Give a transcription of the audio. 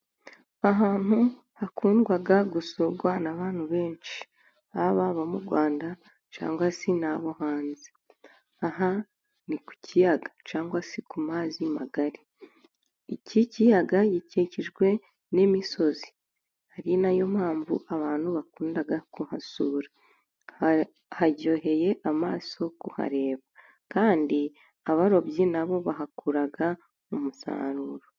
Ahantu hakundwa gusurwa n'abantu benshi baba abo mu Rwanda cyangwa se n'abo hanzi. Aha ni ku kiyaga cyangwa se ku mazi magari, Iki kiyaga gikikijwe n'imisozi ari nayo mpamvu abantu bakunda kuhasura. Haryoheye amaso kuhareba, kandi abarobyi nabo bahakura umusaruro.